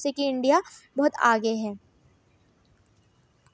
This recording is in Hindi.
और साथ ही साथ इसमें एक आप इसमें एड कर लीजिए अपना आलू गट्टे की सब्जी